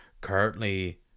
currently